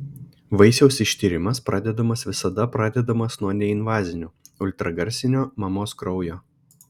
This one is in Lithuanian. vaisiaus ištyrimas pradedamas visada pradedamas nuo neinvazinių ultragarsinio mamos kraujo